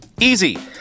Easy